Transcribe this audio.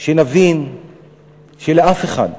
שנבין שלאף אחד,